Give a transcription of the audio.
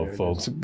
folks